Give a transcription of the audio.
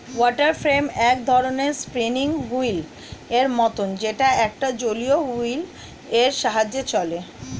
water frame এক ধরণের spinning wheel এর মতন যেটা একটা জলীয় হুইল এর সাহায্যে চলে